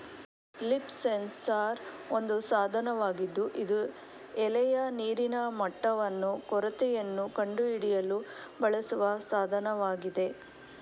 leaf sensor ಒಂದು ಸಾಧನವಾಗಿದ್ದು ಇದು ಎಲೆಯ ನೀರಿನ ಮಟ್ಟವನ್ನು ಕೊರತೆಯನ್ನು ಕಂಡುಹಿಡಿಯಲು ಬಳಸುವ ಸಾಧನವಾಗಿದೆ